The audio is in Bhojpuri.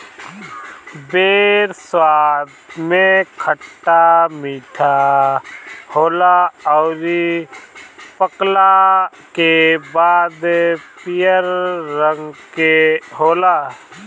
बेर स्वाद में खट्टा मीठा होला अउरी पकला के बाद पियर रंग के होला